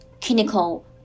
clinical